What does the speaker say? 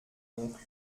oncle